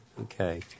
Okay